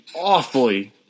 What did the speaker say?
awfully